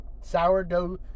sourdough